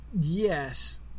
Yes